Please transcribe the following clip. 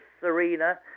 Serena